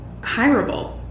hireable